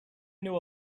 knew